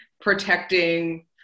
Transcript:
protecting